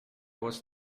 was